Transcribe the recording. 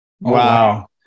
Wow